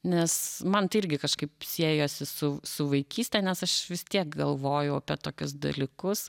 nes man tai irgi kažkaip siejosi su su vaikyste nes aš vis tiek galvojau apie tokius dalykus